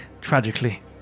tragically